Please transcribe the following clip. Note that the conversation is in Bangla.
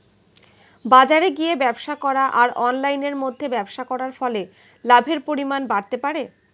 বাজারে গিয়ে ব্যবসা করা আর অনলাইনের মধ্যে ব্যবসা করার ফলে লাভের পরিমাণ বাড়তে পারে?